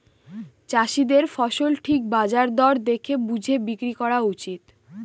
চাষীদের ফসল ঠিক বাজার দর দেখে বুঝে বিক্রি করা উচিত